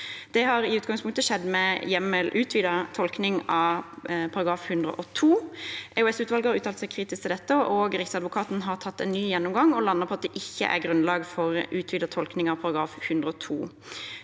Det har i utgangspunktet skjedd med utvidet tolkning av Grunnloven § 102. EOS-utvalget har uttalt seg kritisk til dette, og Riksadvokaten har tatt en ny gjennomgang og landet på at det ikke er grunnlag for utvidet tolkning av Grunnloven